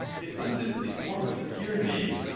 it loses its more obscure name,